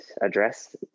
address